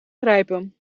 grijpen